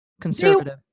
conservative